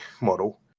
model